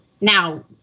Now